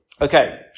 Okay